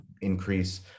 increase